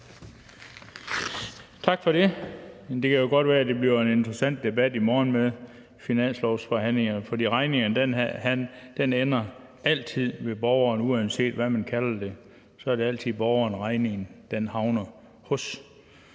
Tak for det. Det kan godt være, at det bliver en interessant debat i morgen med finanslovsforhandlingerne, fordi regningen altid ender hos borgeren. Uanset hvad man kalder det, er det altid borgeren, regningen havner hos